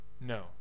No